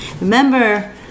Remember